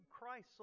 Christ